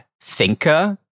thinker